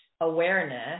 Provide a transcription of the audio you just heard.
awareness